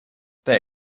they